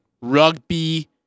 rugby